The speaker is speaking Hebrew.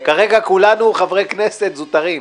כרגע כולנו חברי כנסת זוטרים.